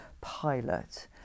pilot